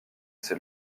ses